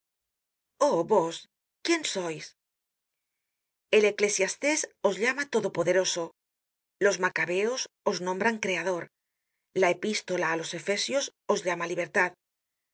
vos quién sois elé os llama todopoderoso los macabeos os nombran creador la epístola á los efesios os llama libertad